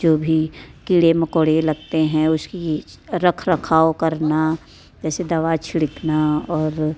जो भी कीड़े मकोड़े लगते हैं उसकी रख रखाव करना जैसे दवा छिड़कना और